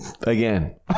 Again